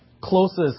closest